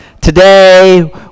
Today